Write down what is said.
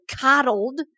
coddled